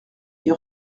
est